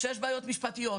שיש בעיות משפטיות.